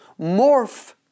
morph